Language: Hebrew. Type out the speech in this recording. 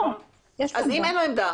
לא, יש לו עמדה.